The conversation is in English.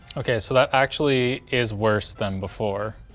okay, so that actually is worse than before